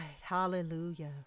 hallelujah